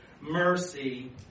mercy